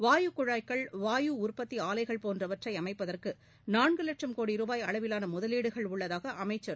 வாயுகுழாய்கள் வாயு உற்பத்தி ஆலைகள் போன்றவற்றை அமைப்பதற்கு நான்கு லட்சும் கோடி ரூபாய் அளவிலான முதலீடுகள் உள்ளதாக அமைச்சர் திரு